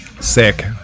Sick